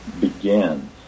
begin